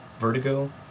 Vertigo